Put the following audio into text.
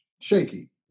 shaky